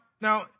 now